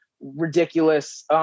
ridiculous